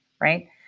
right